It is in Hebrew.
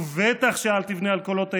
ובטח שאל תבנה על קולות הימין.